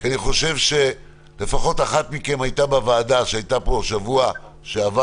אני חושב שלפחות אחת מכן הייתה בוועדה שהתקיימה פה שבוע שעבר,